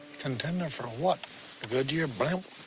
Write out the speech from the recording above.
contender for what, the goodyear blimp?